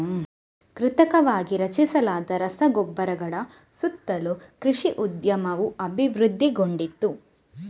ಕೃತಕವಾಗಿ ರಚಿಸಲಾದ ರಸಗೊಬ್ಬರಗಳ ಸುತ್ತಲೂ ಕೃಷಿ ಉದ್ಯಮವು ಅಭಿವೃದ್ಧಿಗೊಂಡಿತು